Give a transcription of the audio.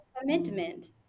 commitment